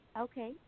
Okay